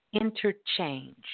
interchange